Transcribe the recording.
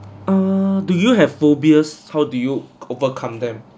err do you have phobias how do you overcome them